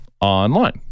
online